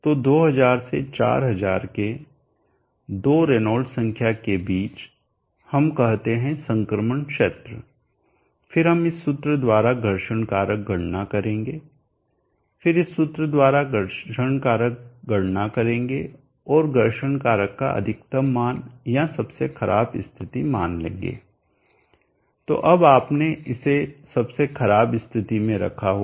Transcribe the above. तो 2000 से 4000 के दो रेनॉल्ड्स संख्या के बीच हम कहते हैं संक्रमण क्षेत्र फिर हम इस सूत्र द्वारा घर्षण कारक गणना करेंगे फिर इस सूत्र द्वारा घर्षण कारक गणना करेंगे और घर्षण कारक का अधिकतम मान या सबसे खराब स्थिति मान लेंगे ताकि तब आपने इसे सबसे खराब स्थिति में रखा होगा